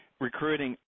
recruiting